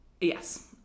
yes